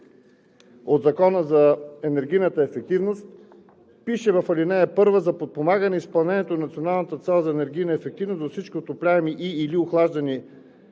от Закона за енергийната ефективност пише: „За подпомагане изпълнението на националната цел за енергийна ефективност за всички отопляеми и/или охлаждани сгради